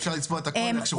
אפשר לצבוע את הכל איך שרוצים.